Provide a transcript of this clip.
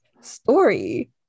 story